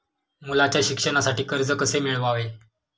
मुलाच्या शिक्षणासाठी कर्ज कसे मिळवावे?